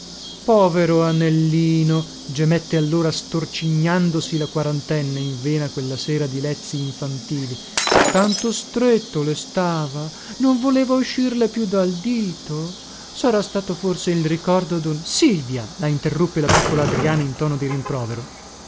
povero anellino gemette allora storcignandosi la quarantenne in vena quella sera di lezii infantili tanto stretto le stava non voleva uscirle più dal dito sarà stato forse il ricordo dun silvia la interruppe la piccola adriana in tono di rimprovero